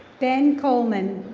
ben kohlmann